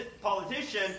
politician